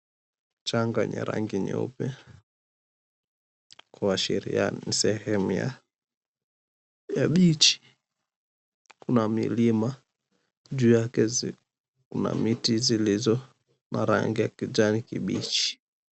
Mchanga yenye rangi nyeupe kuashiria sehemu ya beach . Kuna milima juu yake kuna miti zilizo na rangi ya kijani kibichi.